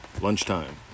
Lunchtime